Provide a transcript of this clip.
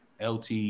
LT